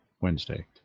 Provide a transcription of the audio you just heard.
Wednesday